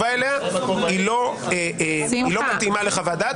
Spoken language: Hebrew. אתה מדבר כבר יומיים ולא נותן לנו לדבר.